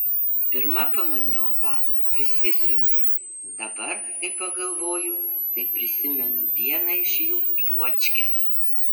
pirma pamaniau va prisisiurbė dabar kai pagalvoju tai prisimenu vieną iš jų juočkę